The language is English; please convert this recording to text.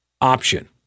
option